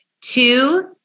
Two